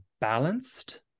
balanced